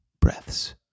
breaths